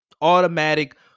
automatic